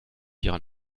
hieran